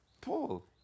Paul